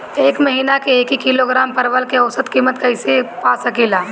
एक महिना के एक किलोग्राम परवल के औसत किमत कइसे पा सकिला?